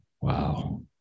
Wow